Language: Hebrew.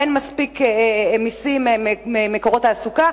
אין מספיק מסים ממקורות תעסוקה,